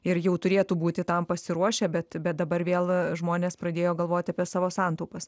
ir jau turėtų būti tam pasiruošę bet bet dabar vėl žmonės pradėjo galvoti apie savo santaupas